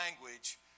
language